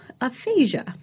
aphasia